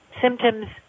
symptoms